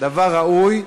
דבר ראוי,